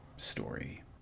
story